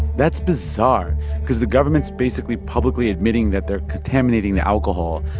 that's bizarre because the government's basically publicly admitting that they're contaminating the alcohol,